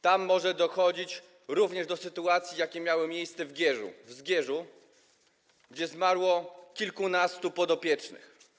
Tam może dochodzić również do sytuacji, jakie miały miejsce w Zgierzu, gdzie zmarło kilkunastu podopiecznych.